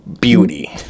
beauty